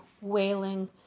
wailing